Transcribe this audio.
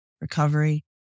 recovery